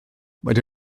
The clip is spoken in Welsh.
wedi